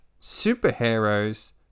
superheroes